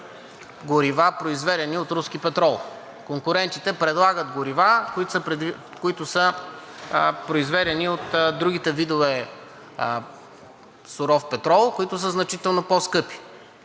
горива, произведени от руски петрол. Конкурентите предлагат горива, които са произведени от другите видове суров петрол, които са значително по-скъпи,